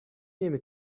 نمی